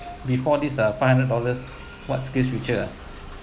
before this ah five hundred dollars what